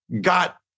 got